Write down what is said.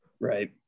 Right